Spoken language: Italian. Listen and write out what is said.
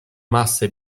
masse